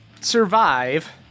survive